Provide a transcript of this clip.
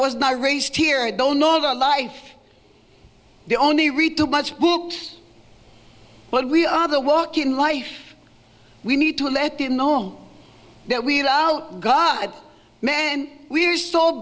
was not raised here i don't know the life the only read too much books but we other walk in life we need to let it known that we are out god man we are so